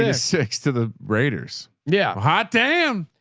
ah six to the raiders. yeah, hot. damn.